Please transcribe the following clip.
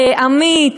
אמיץ,